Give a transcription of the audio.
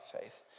faith